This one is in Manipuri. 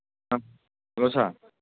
ꯑ ꯍꯂꯣ ꯁꯥꯔ